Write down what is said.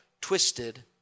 twisted